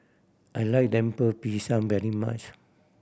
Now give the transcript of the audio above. I like Lemper Pisang very much